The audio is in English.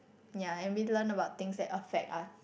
ya and we learn about things that affect us